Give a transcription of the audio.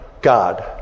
God